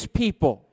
people